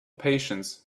patience